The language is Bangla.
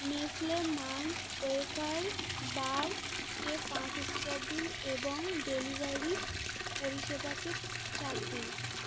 নেসলে মান্চ ওয়েফার বারকে পাঁচ স্টার দিন এবং ডেলিভারি পরিষেবাকে চার দিন